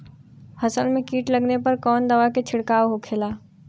फसल में कीट लगने पर कौन दवा के छिड़काव होखेला?